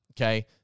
Okay